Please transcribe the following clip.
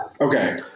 Okay